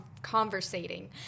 conversating